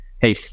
hey